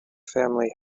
family